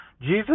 Jesus